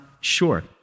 sure